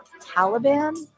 Taliban